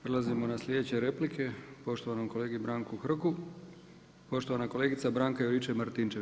Prelazimo na sljedeće replike, poštovanom kolegi Branku Hrgu, poštovana kolegica Branka Juričev Martinčev.